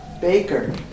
Baker